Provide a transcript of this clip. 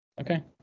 Okay